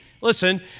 listen